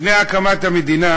לפני הקמת המדינה